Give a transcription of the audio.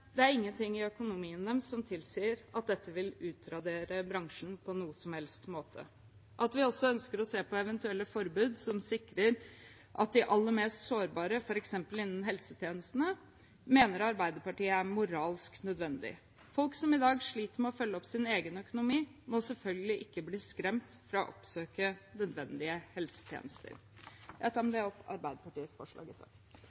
det er ingenting i økonomien deres som tilsier at dette vil utradere bransjen på noen som helst måte. At vi også ønsker å se på eventuelle forbud som sikrer de aller mest sårbare, f.eks. innen helsetjenestene, mener Arbeiderpartiet er moralsk nødvendig. Folk som i dag sliter med å følge opp sin egen økonomi, må selvfølgelig ikke bli skremt fra å oppsøke nødvendige helsetjenester. Jeg tar med